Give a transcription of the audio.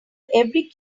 every